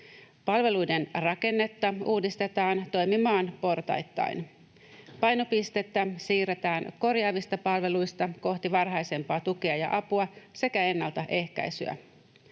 Palveluiden rakennetta uudistetaan toimimaan portaittain. Painopistettä siirretään korjaavista palveluista kohti varhaisempaa tukea ja apua sekä ennaltaehkäisyä.